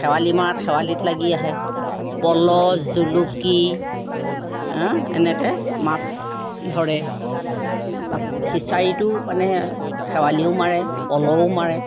খেৱালি মৰাই খেৱালিত লাগি আহে পল জুলুকি এনেকৈ মাছ ধৰে বা ফিছাৰীতো মানে খেৱালিও মাৰে পলও মাৰে